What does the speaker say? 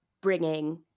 bringing